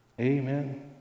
Amen